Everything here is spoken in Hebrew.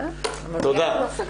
תודה.